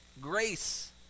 Grace